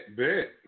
bet